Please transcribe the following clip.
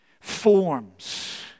forms